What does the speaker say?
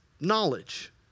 knowledge